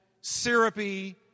syrupy